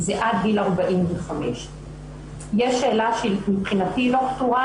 זה עד גיל 45. יש שאלה שמבחינתי לא פתורה,